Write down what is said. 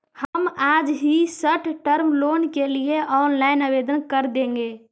हम आज ही शॉर्ट टर्म लोन के लिए ऑनलाइन आवेदन कर देंगे